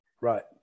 Right